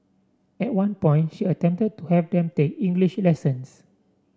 at one point she attempted to have them take English lessons